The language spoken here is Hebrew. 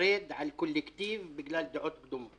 תרד על קולקטיב בגלל דעות קדומות.